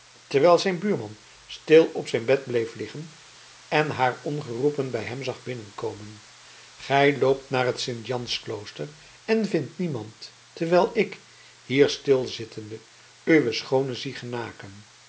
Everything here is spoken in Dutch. terwijl zijn buurman stil op zijn bed bleef liggen en haar ongeroepen bij hem zag binnenkomen gij loopt naar het sint jans klooster en vindt niemand terwijl ik hier stilzittende uwe schoone zie genaken